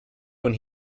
when